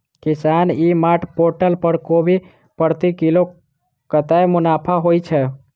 किसान e mart portal पर कोबी प्रति किलो कतै मुनाफा होइ छै?